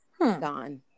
gone